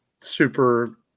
super